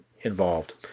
involved